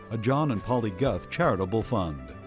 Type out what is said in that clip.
a john and polly guth charitable fund.